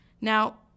Now